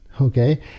okay